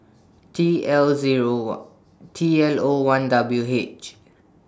T L Zero one T L O one W H